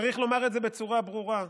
צריך לומר את זה בצורה ברורה: